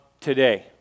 today